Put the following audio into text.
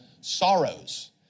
sorrows